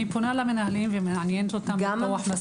אני פונה אל המנהלים ומעניינת אותם במסלול.